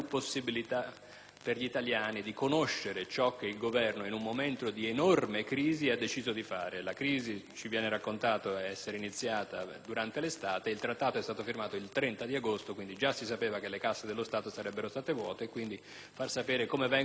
il Governo, in un momento di enorme crisi, ha deciso di fare. Ci viene raccontato che la crisi è iniziata durante l'estate; il Trattato è stato firmato il 30 agosto. Quindi, già si sapeva che le casse dello Stato sarebbero state vuote. Pertanto, far sapere come vengono utilizzati questi soldi, che ammontano a 250 milioni di